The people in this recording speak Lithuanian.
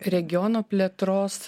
regiono plėtros